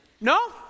No